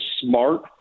smart